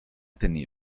tenido